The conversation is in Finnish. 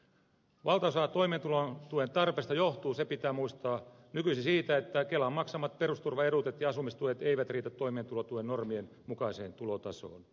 valtaosa toimeentulotuen tarpeesta johtuu se pitää muistaa nykyisin siitä että kelan maksamat perusturvaetuudet ja asumistuet eivät riitä toimeentulotuen normien mukaiseen tulotasoon